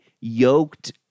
yoked